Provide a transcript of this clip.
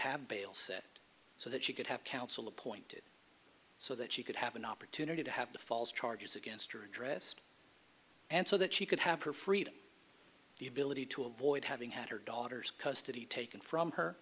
set so that she could have counsel appointed so that she could have an opportunity to have the false charges against her interest and so that she could have her freedom the ability to avoid having had her daughter's custody taken from her